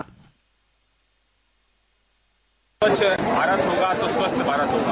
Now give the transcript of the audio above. bite स्वच्छ भारत होगा तो स्वास्थ्य भारत होगा